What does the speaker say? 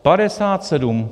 Padesát sedm.